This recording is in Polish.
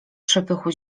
przepychu